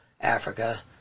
Africa